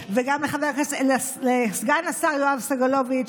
וגם לסגן השר יואב סגלוביץ',